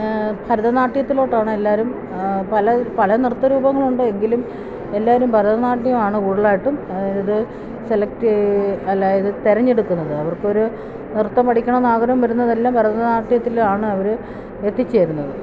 ഭരതനാട്യത്തിലേക്കാണ് എല്ലാവരും പല പല നൃത്തരൂപങ്ങളുണ്ട് എങ്കിലും എല്ലാവരും ഭരതനാട്യമാണ് കൂടുതലായിട്ടും ഇത് സെലക്ട് അല്ല ഇത് തെരഞ്ഞെടുക്കുന്നത് അവർക്കൊരു നൃത്തം പഠിക്കണമെന്ന് ആഗ്രഹം വരുന്നതെല്ലാം ഭരതനാട്യത്തിലാണ് അവര് എത്തിച്ചേരുന്നത്